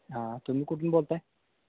हां तुम्ही कुठून बोलताय